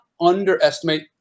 underestimate